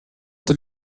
der